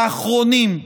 האחרונים.